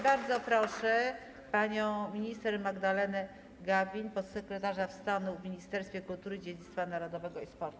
Bardzo proszę panią minister Magdalenę Gawin, podsekretarz stanu w Ministerstwie Kultury, Dziedzictwa Narodowego i Sportu.